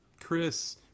Chris